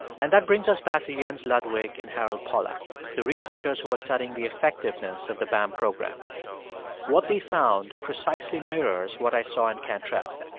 and that brings us back to jens ludwig and harold pollack, the researchers who are studying the effectiveness of the bam program what they found precisely mirrors what i saw in cantrell.